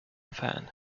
fan